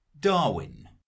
Darwin